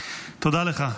תודה לך.